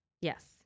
Yes